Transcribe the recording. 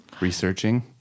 Researching